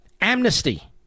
Amnesty